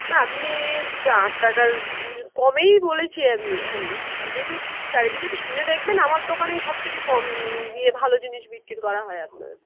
না আপনি আট টাকার কমেই বলেছি আপনি আমি আপনি একটু চারিদিকে একটু শুনে দেখবেন আমাকে দোকানেই সব থেকে কম দিয়ে ভালো জিনিস বিক্রি করা হয় আপনার